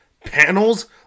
panels